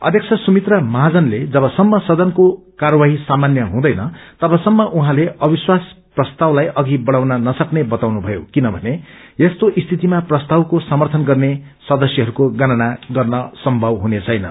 अध्यक्ष सुमित्रा महाजनले जबसम्म सदनको कार्यवाली सामान्य हुँदैन तबसम्म उहाँले अविश्वास प्रस्तावलाई अघि बढ़ाउन नसक्ने बताउनुभयो किनभने यस्तो स्थितिमा प्रस्तावको समर्थन गर्ने सदस्यहरूको गणना गर्न सम्भव हुनेछैन